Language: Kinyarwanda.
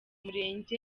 murenge